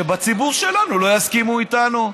שבציבור שלנו לא יסכימו איתנו.